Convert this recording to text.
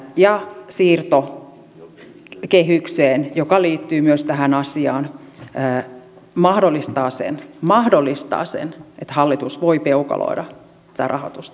ja siirto kehykseen mikä liittyy myös tähän asiaan mahdollistaa sen että hallitus voi peukaloida tätä rahoitusta